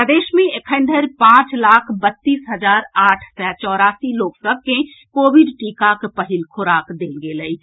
प्रदेश मे एखन धरि पांच लाख बत्तीस हजार आठ सए चौरासी लोक सभ कें कोविड टीकाक पहिल खोराक देल गेल अछि